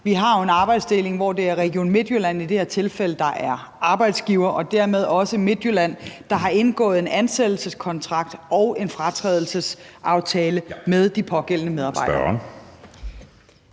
Vi har jo en arbejdsdeling, hvor det i det her tilfælde er Region Midtjylland, der er arbejdsgiver, og dermed også Region Midtjylland, der har indgået en ansættelseskontrakt og en fratrædelsesaftale med de pågældende medarbejdere.